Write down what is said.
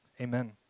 Amen